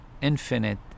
infinite